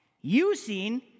using